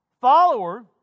Follower